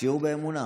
שיעור באמונה,